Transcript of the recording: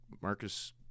Marcus